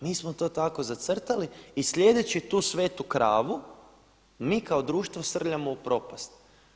Mi smo to tako zacrtali i sljedeći tu svetu kravu mi kao društvo srljamo u propast.